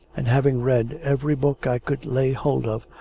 and having read every book i could lay hold of,